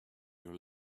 your